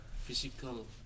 physical